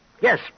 Yes